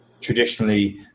traditionally